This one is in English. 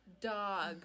Dog